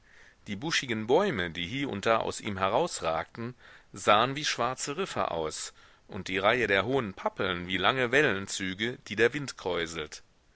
die buschigen bäume die hie und da aus ihm herausragten sahen wie schwarze riffe aus und die reihen der hohen pappeln wie lange wellenzüge die der wind kräuselt